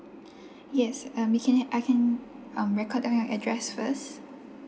yes mm we can he~ I can um record on your address first